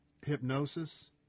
hypnosis